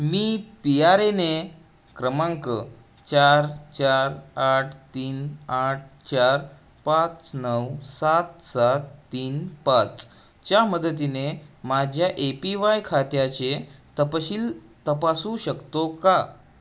me P R A N क्रमांक चार चार आठ तीन आठ चार पाच नऊ सात सात तीन पाच च्या मदतीने माझ्या ए पी वाय खात्याचे तपशील तपासू शकतो का